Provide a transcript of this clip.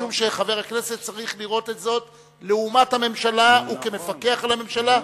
משום שחבר הכנסת צריך לראות את זאת לעומת הממשלה וכמפקח על הממשלה,